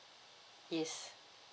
yes